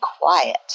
quiet